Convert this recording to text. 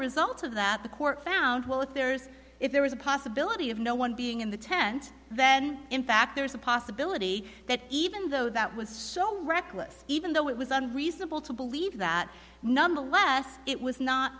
result of that the court found well if there's if there was a possibility of no one being in the tent then in fact there's a possibility that even though that was so reckless even though it was on reasonable to believe that nonetheless it was not